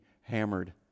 hammered